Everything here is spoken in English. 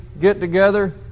get-together